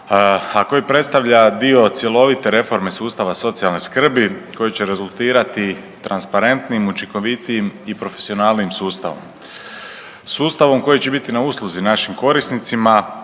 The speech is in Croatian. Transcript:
a koji predstavlja dio cjelovite reforme sustava socijalne skrbi koji će rezultirati transparentnim, učinkovitijim i profesionalnijim sustavom. Sustavom koji će biti na usluzi našim korisnicima,